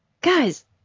Guys